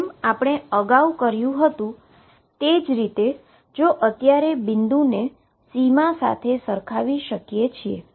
જેમ આપણે અગાઉ કર્યુ હતુ તે જ રીતે જો અત્યારે બિંદુ ને સીમા સાથે સરખાવી શકીએ છીએ